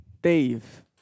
Dave